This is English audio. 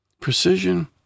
Precision